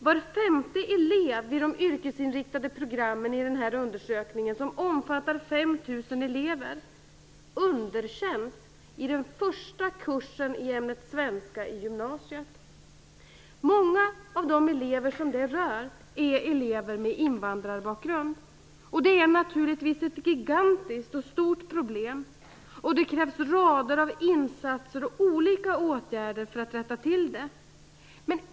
Var femte elev vid de yrkesinriktade programmen underkänns enligt denna undersökning, som omfattar 5 000 elever, i den första kursen i ämnet svenska på gymnasiet. Många elever som det rör är elever med invandrarbakgrund. Det är naturligtvis ett gigantiskt problem. Det krävs en rad insatser och olika åtgärder för att komma till rätta med det.